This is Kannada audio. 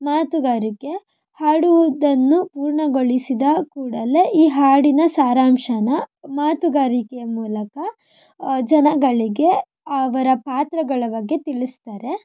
ಮಾತುಗಾರಿಕೆ ಹಾಡುವುದನ್ನು ಪೂರ್ಣಗೊಳಿಸಿದ ಕೂಡಲೇ ಈ ಹಾಡಿನ ಸಾರಾಂಶಾನ ಮಾತುಗಾರಿಕೆಯ ಮೂಲಕ ಜನಗಳಿಗೆ ಅವರ ಪಾತ್ರಗಳ ಬಗ್ಗೆ ತಿಳಿಸ್ತಾರೆ